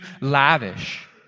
lavish